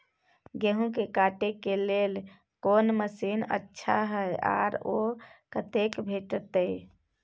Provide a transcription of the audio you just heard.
गेहूं के काटे के लेल कोन मसीन अच्छा छै आर ओ कतय भेटत?